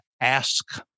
ask